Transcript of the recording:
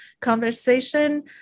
conversation